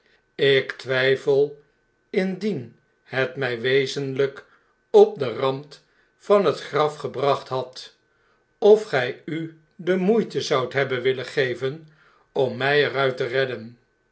ik twgfel indien het mjj wezenljk op den rand van het graf gebracht had gf gij u de moeite zoudt hebben willen geven om imj er uit te redden